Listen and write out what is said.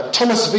Thomas